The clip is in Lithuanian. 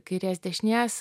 kairės dešinės